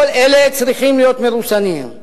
כל אלה צריכים להיות מרוסנים.